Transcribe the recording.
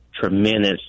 tremendous